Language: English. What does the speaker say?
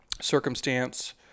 circumstance